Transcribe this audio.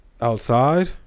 Outside